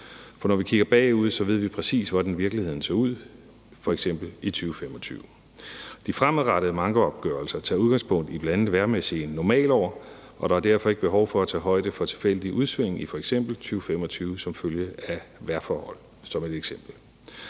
For når vi kigger bagud, ved vi, præcis hvordan virkeligheden så ud i f.eks. 2025. De fremadrettede mankoopgørelser tager udgangspunkt i bl.a. vejrmæssige normalår, og der er derfor ikke behov for at tage højde for tilfældige udsving i f.eks. 2025 som følge af vejrforhold – som er et eksempel.